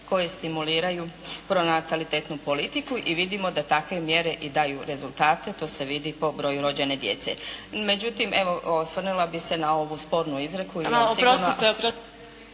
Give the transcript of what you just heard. koje stimuliraju pronatalitetnu politiku i vidimo da takve mjere i daju rezultate, to se vidi po broju rođene djece. No međutim, osvrnula bih se na ovu spornu izreku.